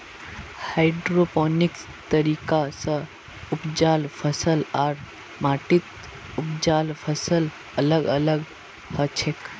hydroponics तरीका स उपजाल फसल आर माटीत उपजाल फसल अलग अलग हछेक